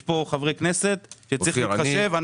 יש כאן חברי כנסת שצריך להתחשב בהם.